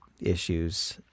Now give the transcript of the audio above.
issues